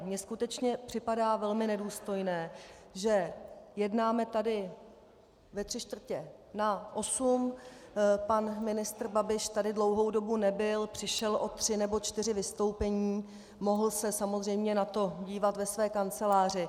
Mně skutečně připadá velmi nedůstojné, že jednáme tady ve tři čtvrtě na osm, pan ministr Babiš tady dlouhou dobu nebyl, přišel o tři nebo čtyři vystoupení, mohl se na to samozřejmě dívat ve své kanceláři.